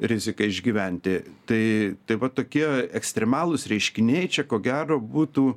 rizika išgyventi tai tai va tokie ekstremalūs reiškiniai čia ko gero būtų